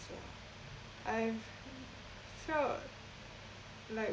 so I felt like